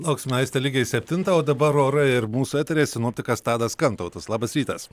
lauksime aiste lygiai septintą o dabar orą ir mūsų eteryje sinoptikas tadas kantautas labas rytas